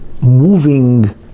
moving